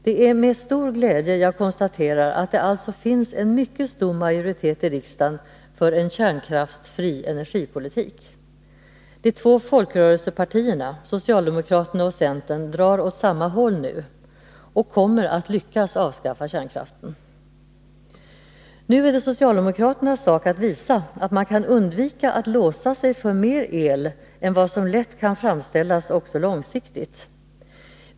Det är med stor glädje jag konstaterar att det alltså finns en mycket stor majoritet i riksdagen för en kärnkraftsfri energipolitik. De två folkrörelsepartierna, socialdemokraterna och centern, drar åt samma håll nu och kommer att lyckas avskaffa kärnkraften! Nu är det socialdemokraternas sak att visa att man kan undvika att låsa sig för mer el än vad som lätt kan framställas också långsiktigt.